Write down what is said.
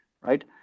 right